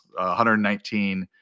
119